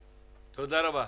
רבה.